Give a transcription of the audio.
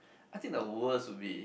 I think the worst would be